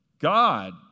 God